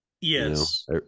Yes